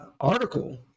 article